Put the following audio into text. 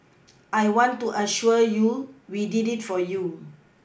I want to assure you we did it for you